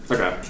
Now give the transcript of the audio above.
Okay